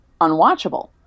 unwatchable